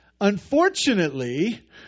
Unfortunately